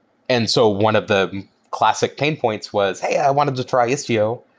and so one of the classic pain points was, hey, i wanted to try istio.